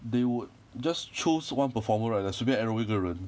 they would just choose one performer right like 随便 arrow 一个人